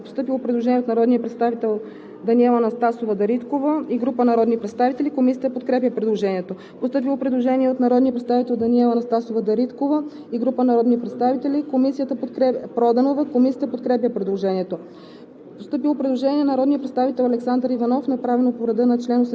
901,0 хил. лв.“ Комисията не подкрепя предложението. Постъпило е предложение на народния представител Даниела Анастасова Дариткова-Проданова и група народни представители. Комисията подкрепя предложението. Постъпило е предложение на народния представител Даниела Анастасова Дариткова-Проданова и група народни представители. Комисията подкрепя предложението. Постъпило е предложение